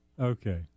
Okay